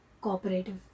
cooperative